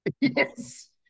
yes